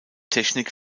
technik